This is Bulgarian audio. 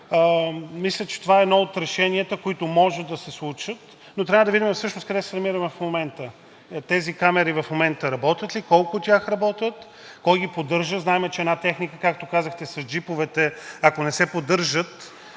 мисля, че това е едно от решенията, които може да се случат. Трябва да видим всъщност къде се намираме в момента. Тези камери в момента работят ли, колко от тях работят, кой ги поддържа? Знаем, че една техника, както казахте с джиповете, ако не се поддържа,